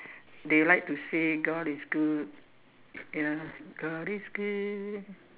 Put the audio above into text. they like to say God is good ya God is good